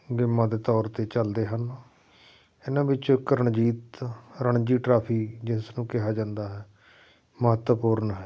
ਗੇਮਾਂ ਦੇ ਤੌਰ 'ਤੇ ਚੱਲਦੇ ਹਨ ਇਹਨਾਂ ਵਿੱਚੋਂ ਇੱਕ ਰਣਜੀਤ ਰਣਜੀ ਟਰਾਫੀ ਜਿਸ ਨੂੰ ਕਿਹਾ ਜਾਂਦਾ ਹੈ ਮਹੱਤਵਪੂਰਨ ਹੈ